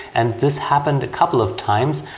and this happened a couple of times.